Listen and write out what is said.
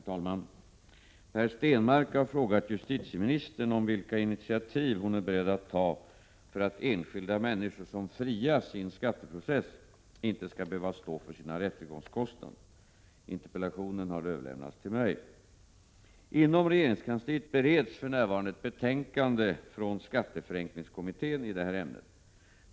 Herr talman! Per Stenmarck har frågat justitieministern vilka initiativ hon är beredd att ta för att enskilda människor som frias i en skatteprocess inte skall behöva stå för sina rättegångskostnader. Interpellationen har överlämnats till mig. Inom regeringskansliet bereds för närvarande ett betänkande från skatteförenklingskommittén i det här ämnet.